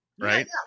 right